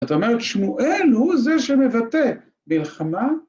‫אתה אומר שמואל הוא זה ‫שמבטא מלחמה?